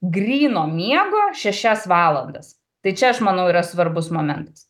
gryno miego šešias valandas tai čia aš manau yra svarbus momentas